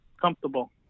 comfortable